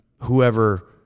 whoever